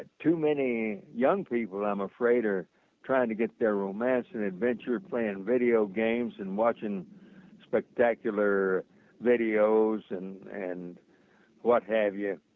ah too many young people, i am afraid, are trying to get their romance and adventure playing video games and watching spectacular videos and and what have you.